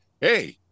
hey